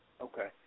Okay